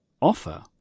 offer